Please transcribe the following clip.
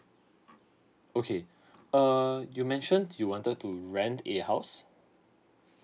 okay err you mentioned you wanted to rent a house